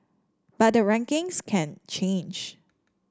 but the rankings can change